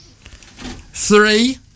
three